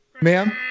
ma'am